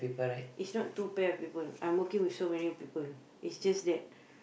is not two pair of people I'm working with so many people it's just that